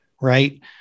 right